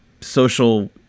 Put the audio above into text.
social